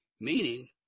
meaning